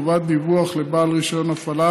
חובת דיווח לבעל רישיון הפעלה